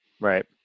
right